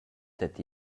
dad